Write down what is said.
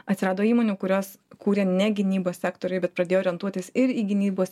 atsirado įmonių kurios kūrė ne gynybos sektoriui bet pradėjo orientuotis ir į gynybos